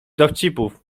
dowcipów